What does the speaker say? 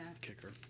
Kicker